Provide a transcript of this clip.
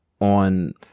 on